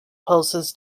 pulses